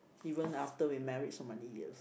even after we married so many years